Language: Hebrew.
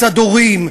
מצד הורים,